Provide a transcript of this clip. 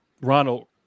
Ronald